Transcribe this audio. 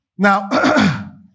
Now